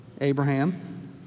Abraham